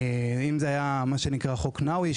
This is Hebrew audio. ביניהם חוק נאווי,